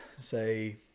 say